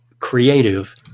creative